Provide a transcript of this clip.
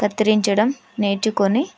కత్తిరించడం నేర్చుకొని